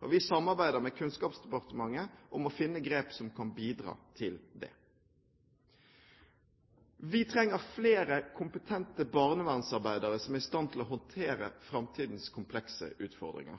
Vi samarbeider med Kunnskapsdepartementet om å finne grep som kan bidra til dette. Vi trenger flere kompetente barnevernsarbeidere som er i stand til å håndtere framtidens komplekse utfordringer.